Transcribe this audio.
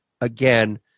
again